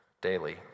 daily